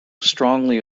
strongly